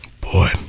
Boy